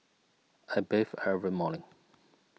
I bathe every morning